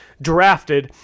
drafted